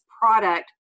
product